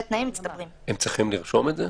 הם צריכים לרשום את זה?